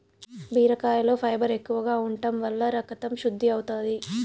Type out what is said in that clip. బీరకాయలో ఫైబర్ ఎక్కువగా ఉంటం వల్ల రకతం శుద్ది అవుతాది